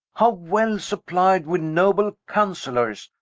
how well supply'd with noble councellors,